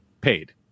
paid